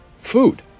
food